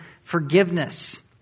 forgiveness